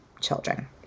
children